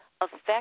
affect